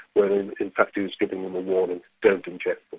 when in fact he was giving him a warning, don't inject